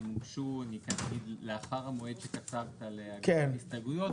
הן הוגשו לאחר המועד שקצבת להגיש הסתייגויות,